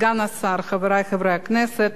סגן השר, חברי חברי הכנסת,